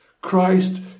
Christ